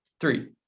Three